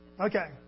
Okay